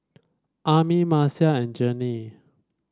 Ami Marcia and Jennie